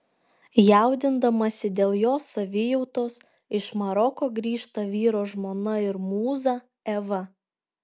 jaudindamasi dėl jo savijautos iš maroko grįžta vyro žmona ir mūza eva